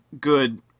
good